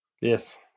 Yes